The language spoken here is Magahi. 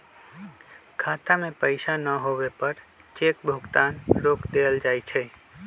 खाता में पैसा न होवे पर चेक भुगतान रोक देयल जा हई